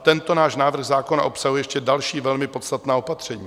Tento náš návrh zákona obsahuje ještě další, velmi podstatná opatření.